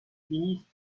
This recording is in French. finissent